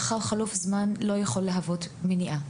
לאחר חלוף זמן, לא יכולים להוות מניעה.